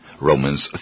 Romans